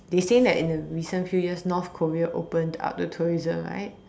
they're saying that in the recent few years North Korea opened up the tourism right